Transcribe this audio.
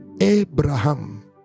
Abraham